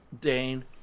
Dane